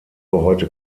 heute